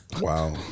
Wow